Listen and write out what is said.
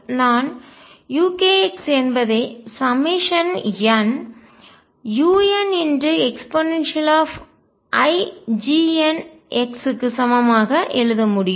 நான் uk என்பதை nuneiGnx க்கு சமமாக எழுத முடியும்